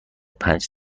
پنج